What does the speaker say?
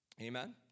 Amen